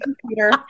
computer